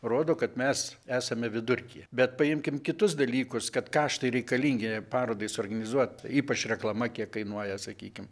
rodo kad mes esame vidurkyje bet paimkim kitus dalykus kad karštai reikalingi parodai suorganizuot ypač reklama kiek kainuoja sakykim